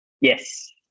yes